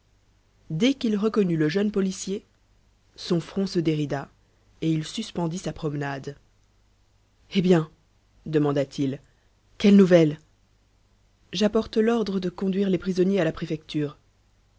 dès qu'il reconnut le jeune policier son front se dérida et il suspendit sa promenade eh bien demanda-t-il quelles nouvelles j'apporte l'ordre de conduire les prisonniers à la préfecture